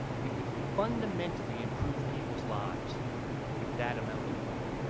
we could fundamentally improve people's lives with that amount of money.